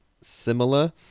similar